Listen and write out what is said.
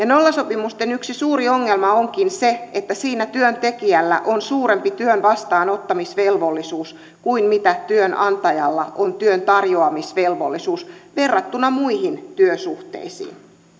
nollasopimusten yksi suuri ongelma onkin se että siinä työntekijällä on suurempi työn vastaanottamisvelvollisuus kuin työnantajalla on työn tarjoamisvelvollisuus verrattuna muihin työsuhteisiin